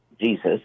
Jesus